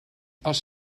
els